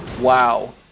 Wow